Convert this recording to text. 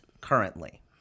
currently